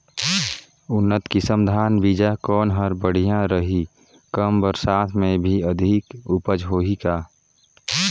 उन्नत किसम धान बीजा कौन हर बढ़िया रही? कम बरसात मे भी अधिक उपज होही का?